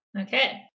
Okay